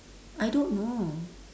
I don't know